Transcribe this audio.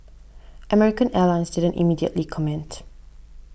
American Airlines didn't immediately comment